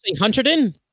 Hunterton